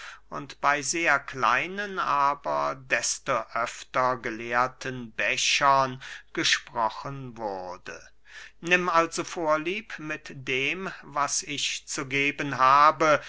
und bey sehr kleinen aber freylich desto öfter geleerten bechern gesprochen wurde nimm also vorlieb mit dem was ich zu geben habe